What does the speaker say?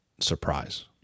surprise